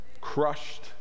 crushed